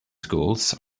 schools